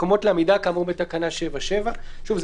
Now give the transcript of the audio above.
מקומות לעמידה כאמור בתקנה 7(7). שוב,